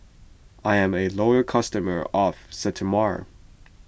I'm a loyal customer of Sterimar